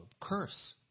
curse